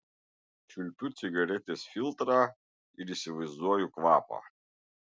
čiulpiu cigaretės filtrą ir įsivaizduoju kvapą